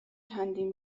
چندین